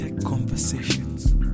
Conversations